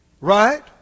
right